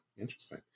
interesting